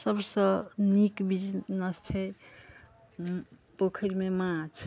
सबसँ नीक बिजनेस छै पोखैरमे माछ